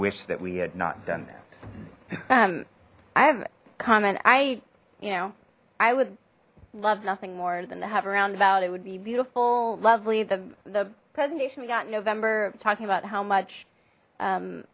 wish that we had not done that i have comment i you know i would love nothing more than to have a round about it would be beautiful lovely the the presentation we got in november talking about how much